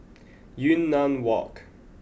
Yunnan Walk